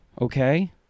okay